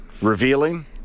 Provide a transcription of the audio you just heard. Revealing